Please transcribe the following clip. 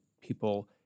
people